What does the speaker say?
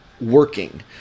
working